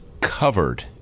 covered